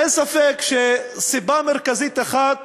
אין ספק שסיבה מרכזית אחת